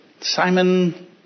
Simon